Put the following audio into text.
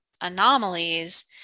anomalies